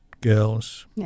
girls